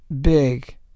big